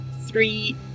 three